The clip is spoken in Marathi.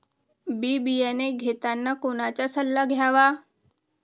बी बियाणे घेताना कोणाचा सल्ला घ्यावा?